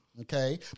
Okay